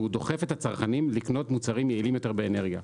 והוא דוחף את הצרכנים לקנות מוצרים יעילים יותר באנרגיה.